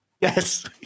Yes